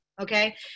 Okay